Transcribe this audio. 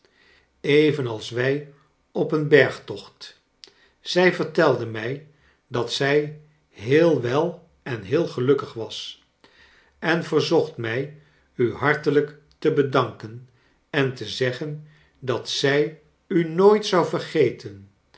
evenals wij op een bergtocht zij vertelde mij dat zij heel wel en heel gelukkig was en verzocht mij u hartelijk te bedanken en te zeggen dat zij u nooit zou vergeten